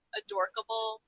adorkable